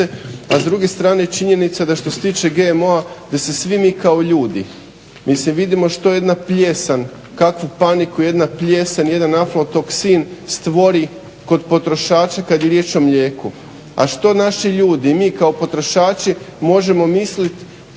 A s druge strane činjenica je da što se tiče GMO-a da se svi mi kao ljudi, mislim vidimo što jedna plijesan, kakvu paniku jedna plijesan, jedan aflotoksin stvori kod potrošača kad je riječ o mlijeku. A što naši ljudi i mi kao potrošači možemo mislit